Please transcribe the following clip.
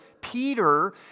Peter